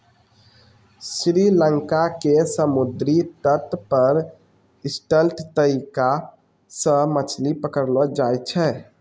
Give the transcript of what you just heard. श्री लंका के समुद्री तट पर स्टिल्ट तरीका सॅ मछली पकड़लो जाय छै